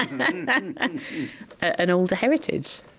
and an older heritage.